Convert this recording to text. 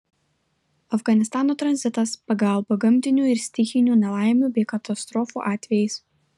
afganistano tranzitas pagalba gamtinių ir stichinių nelaimių bei katastrofų atvejais